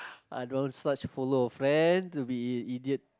I don't want such follow a friend to be an idiot